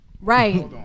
Right